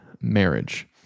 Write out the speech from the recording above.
marriage